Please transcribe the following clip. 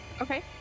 Okay